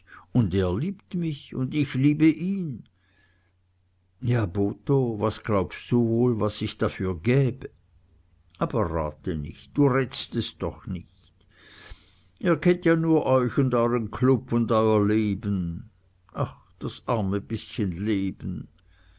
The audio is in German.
und er liebt mich und ich liebe ihn ja botho was glaubst du wohl was ich dafür gäbe aber rate nicht du rätst es doch nicht ihr kennt ja nur euch und euren club und euer leben ach das arme bißchen leben